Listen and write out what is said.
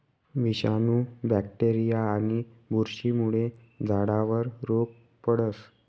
विषाणू, बॅक्टेरीया आणि बुरशीमुळे झाडावर रोग पडस